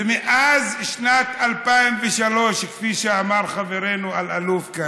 ומאז שנת 2003, כפי שאמר חברנו אלאלוף כאן,